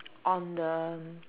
on the